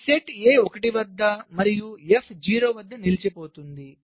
ఈ set A 1 వద్ద మరియు F 0 వద్ద నిలిచిపోతుంది